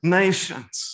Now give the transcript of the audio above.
nations